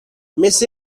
مثل